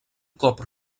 cop